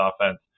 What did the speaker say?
offense